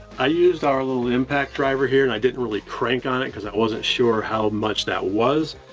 i used our little impact driver here and i didn't really crank on it, cause i wasn't sure how much that was,